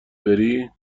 بری